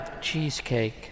Cheesecake